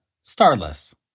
Starless